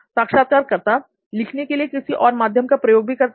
साक्षात्कारकर्ता लिखने के लिए किसी और माध्यम का भी प्रयोग करते हैं